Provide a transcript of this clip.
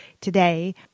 today